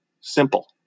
simple